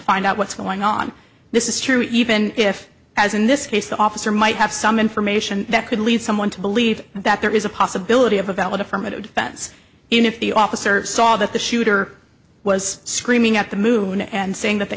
find out what's going on this is true even if as in this case the officer might have some information that could lead someone to believe that there is a possibility of a valid affirmative defense if the officer saw that the shooter was screaming at the moon and saying that the